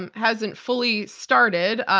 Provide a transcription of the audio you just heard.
and hasn't fully started.